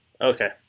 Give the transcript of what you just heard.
Okay